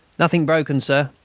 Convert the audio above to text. nothing broken, sir.